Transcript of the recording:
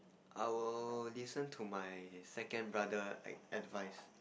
I will listen to my second brother ad~ advice